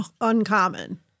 uncommon